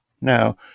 Now